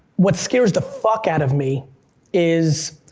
what scares the fuck out of me is